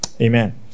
Amen